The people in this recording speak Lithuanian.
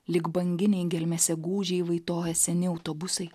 lyg banginiai gelmėse gūdžiai vaitoja seni autobusai